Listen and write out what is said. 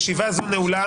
הישיבה נעולה.